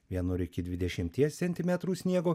vienur iki dvidešimties centimetrų sniego